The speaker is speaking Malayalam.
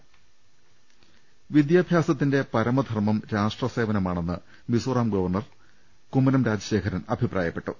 ്്്്്് വിദ്യാഭ്യാസത്തിന്റെ പരമധർമ്മം രാഷ്ട്രസേവനമാണെന്ന് മിസോറാം ഗവർണർ കുമ്മ നം രാജശേഖരൻ അഭിപ്രായപ്പെട്ടു